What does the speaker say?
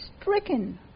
stricken